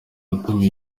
watumiwe